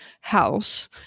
house